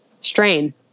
strain